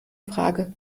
frage